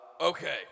Okay